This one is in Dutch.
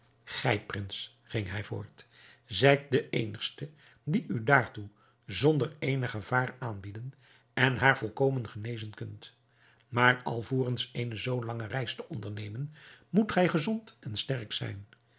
gij prins ging hij voort zijt de eenigste die u daartoe zonder eenig gevaar aanbieden en haar volkomen genezen kunt maar alvorens eene zoo lange reis te ondernemen moet gij gezond en sterk zijn